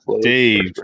Dave